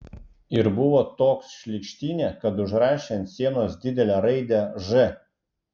ir buvo toks šlykštynė kad užrašė ant sienos didelę raidę ž